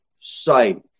sight